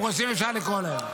אם רוצים, אפשר לקרוא להם.